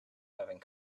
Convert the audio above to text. having